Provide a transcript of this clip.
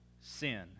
sin